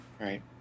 Right